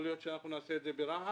יכול להיות שנעשה את זה ברהט,